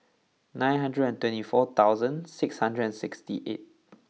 nine hundred and twenty four thousand six hundred and sixty eight